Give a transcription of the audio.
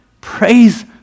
Praise